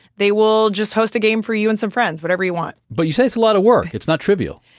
they will just host a game for you and some friends whatever you want. but you say it's a lot of work it's not trivial.